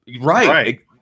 Right